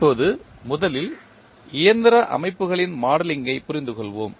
இப்போது முதலில் இயந்திர அமைப்புகளின் மாடலிங் கை புரிந்துகொள்வோம்